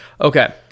Okay